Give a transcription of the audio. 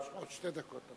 יש לך עוד שתי דקות.